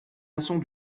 maçons